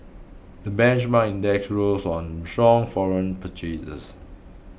the benchmark index rose on strong foreign purchases